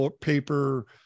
paper